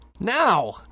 Now